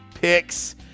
picks